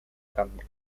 cambio